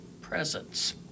presence